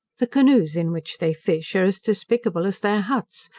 the canoes in which they fish are as despicable as their huts,